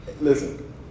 Listen